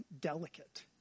delicate